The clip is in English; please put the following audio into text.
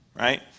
right